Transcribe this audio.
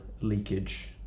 leakage